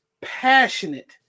passionate